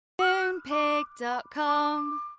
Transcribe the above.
moonpig.com